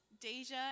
Deja